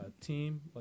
team